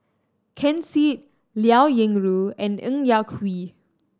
Ken Seet Liao Yingru and Ng Yak Whee